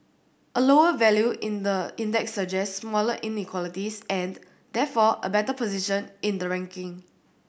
a lower value in the index suggests smaller inequalities and therefore a better position in the ranking